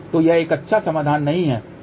तो यह एक अच्छा समाधान नहीं है